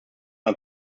ein